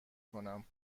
کنم